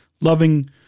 loving